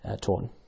torn